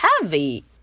heavy